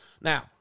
Now